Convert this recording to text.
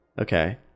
Okay